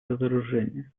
разоружению